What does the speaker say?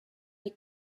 die